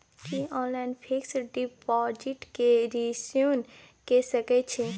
की online fix deposit के renew के सकै छी?